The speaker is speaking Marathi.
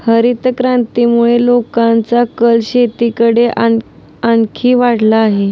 हरितक्रांतीमुळे लोकांचा कल शेतीकडे आणखी वाढला आहे